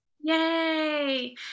yay